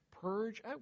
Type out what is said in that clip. purge